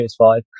PS5